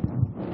אדוני